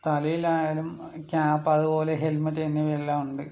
തലയിലായാലും cap അതുപോലെ helmet എന്നിവയെല്ലാം ഉണ്ട്